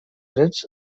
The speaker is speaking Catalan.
drets